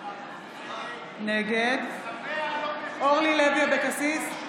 נגד אורלי לוי אבקסיס,